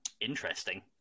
Interesting